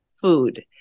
food